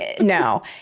no